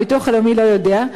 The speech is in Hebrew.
הביטוח הלאומי לא יודע,